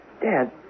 Dad